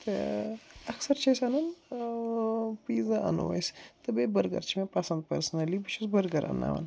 تہٕ اکثر چھِ أسۍ اَنان پیٖزا اننو أسۍ تہٕ بیٚیہِ بٔرگر چھِ مےٚ پسنٛد پٔرسنٔلی بہٕ چھُس بٔرگر انناون